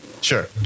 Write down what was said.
Sure